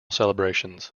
celebrations